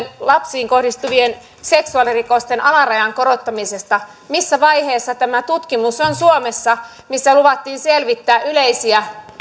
lapsiin kohdistuvien seksuaalirikosten alarajan korottamisesta missä vaiheessa suomessa on tämä tutkimus missä luvattiin selvittää niitä yleisiä